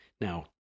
Now